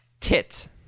tit